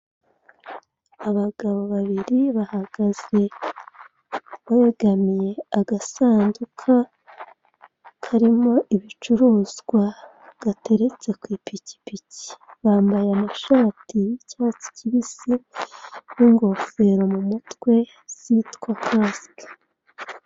Abagabo babiri bahagaze begamye, agasanduka karimo ibicuruzwa gateretse ku ipikipiki bambaye amashati y'icyatsi kibisi n'ingofero mu mutwe zitwa kasike.